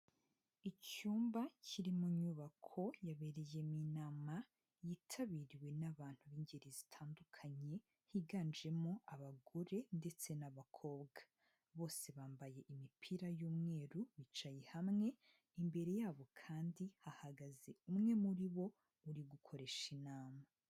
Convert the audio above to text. Icyumba kiri mu nyubako yabereyemo inama yitabiriwe n'abantu b'ingeri zitandukanye higanjemo abagore ndetse n'abakobwa, bose bambaye imipira y'umweru bicaye hamwe imbere yabo kandi hahagaze umwe muri bo uri gukoresha inama.